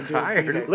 tired